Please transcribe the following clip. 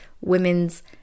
women's